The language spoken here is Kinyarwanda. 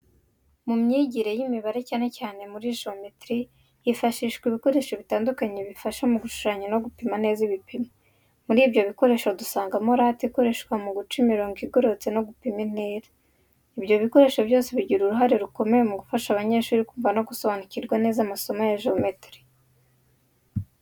Mu myigire y’imibare, cyane cyane muri geometiri, hifashishwa ibikoresho bitandukanye bifasha mu gushushanya no gupima neza ibipimo. Muri ibyo bikoresho dusangamo late ikoreshwa mu guca imirongo igororotse no gupima intera. Ibyo bikoresho byose bigira uruhare rukomeye mu gufasha abanyeshuri kumva no gusobanukirwa neza amasomo ya geometiri.